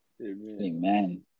Amen